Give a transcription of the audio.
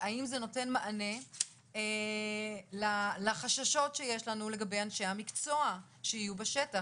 האם זה נותן מענה לחששות שיש לנו לגבי אנשי המקצוע שיהיו בשטח?